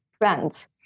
friends